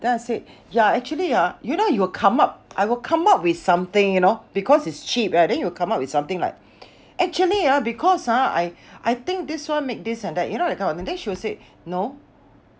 then I said ya actually ah you know you will come up I will come up with something you know because it's cheap right then you'll come up with something like actually ah because ah I I think this one make this and that you know that kind of thing then she will say no